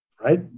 right